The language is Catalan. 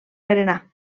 berenar